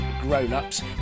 grown-ups